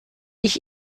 ich